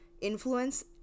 influence